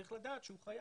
צריך לדעת שהוא חייל.